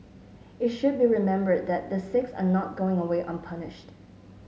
it should be remembered that the six are not going away unpunished